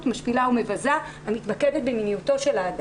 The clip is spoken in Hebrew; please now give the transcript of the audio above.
משפילה ומבזה המתמקדת במיניותו של האדם.